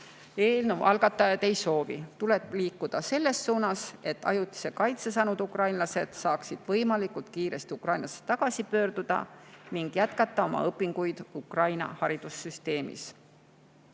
eelnõu algatajad ei soovi. Tuleb liikuda selles suunas, et ajutise kaitse saanud ukrainlased saaksid võimalikult kiiresti Ukrainasse tagasi pöörduda ning jätkata oma õpinguid Ukraina haridussüsteemis.